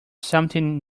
something